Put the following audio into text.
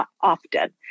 often